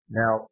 now